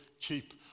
keep